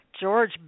George